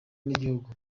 n’igihugu